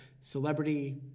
celebrity